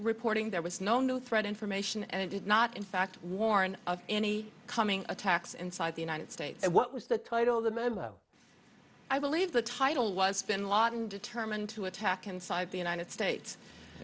reporting there was no new threat information and it did not in fact warn of any coming attacks inside the united states and what was the title of the memo i believe the title was finland determined to attack inside the united states